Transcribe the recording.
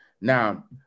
Now